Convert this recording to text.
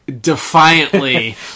defiantly